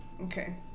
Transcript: Okay